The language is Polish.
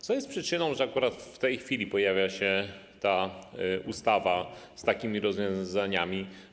Co jest przyczyną tego, że akurat w tej chwili pojawia się ta ustawa z takimi rozwiązaniami?